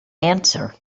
answer